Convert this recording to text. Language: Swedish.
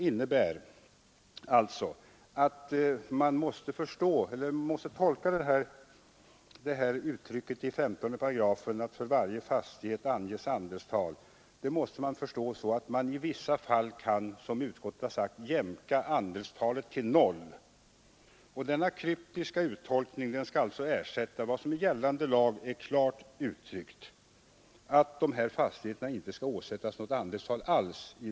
I 15 § heter det att för varje fastighet anges andelstal. Detta måste, som utskottet också har sagt, i vissa fall uppfattas så att man kan jämka andelstalet till 0. Denna kryptiska uttolkning skall alltså ersätta vad som i gällande lag är klart uttryckt: Fastigheterna skall i vissa fall inte åsättas något andelstal alls.